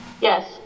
Yes